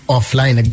Offline